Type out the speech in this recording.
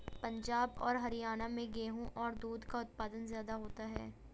पंजाब और हरयाणा में गेहू और दूध का उत्पादन ज्यादा होता है